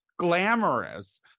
Glamorous